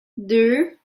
deux